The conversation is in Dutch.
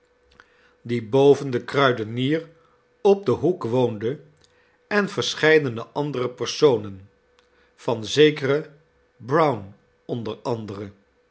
die boven den kruidenier op den hoek woonde en verscheidene andere personen van zekeren brown